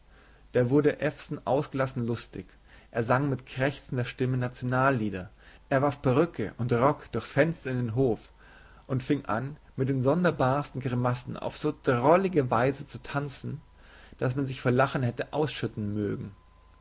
da wurde ewson ausgelassen lustig er sang mit krächzender stimme nationallieder er warf perücke und rock durchs fenster in den hof und fing an mit den sonderbarsten grimassen auf so drollige weise zu tanzen daß man sich vor lachen hätte ausschütten mögen